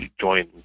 join